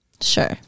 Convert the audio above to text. Sure